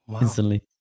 Instantly